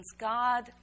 God